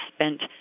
spent